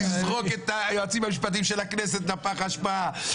לזרוק את היועצים המשפטיים של הכנסת לפח אשפה,